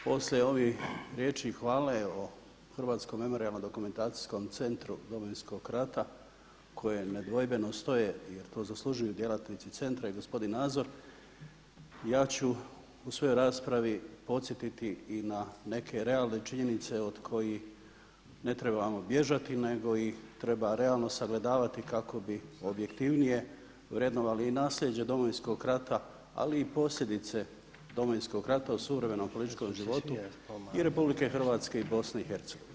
Poslije ovih riječi hvale o Hrvatskom memorijalno-dokumentacijskom centru Domovinskog rata koje nedvojbeno stoje jer to zaslužuju djelatnici centra i gospodin Nazor, ja ću u svojoj raspravi podsjetiti i na neke realne činjenice od kojih ne trebamo bježati nego ih treba realno sagledavati kako bi objektivnije vrednovali i nasljeđe Domovinskog rata, ali i posljedice Domovinskog rata u suvremenom političkom životu i RH i BiH.